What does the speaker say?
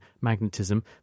magnetism